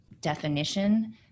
definition